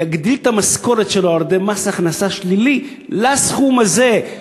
יגדיל את המשכורת שלו על-ידי מס הכנסה שלילי לסכום הזה.